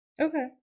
Okay